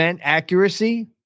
accuracy